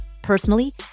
personally